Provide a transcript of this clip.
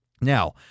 Now